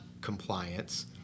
compliance